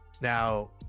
now